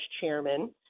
Chairman